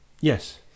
Yes